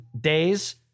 days